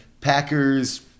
Packers-